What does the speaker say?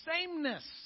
sameness